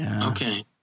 Okay